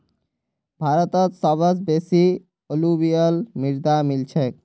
भारतत सबस बेसी अलूवियल मृदा मिल छेक